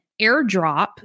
airdrop